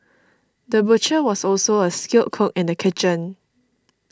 the butcher was also a skilled cook in the kitchen